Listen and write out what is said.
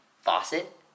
Faucet